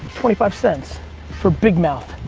twenty five cents for big mouth.